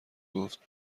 گفت